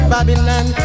Babylon